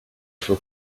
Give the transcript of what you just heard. faut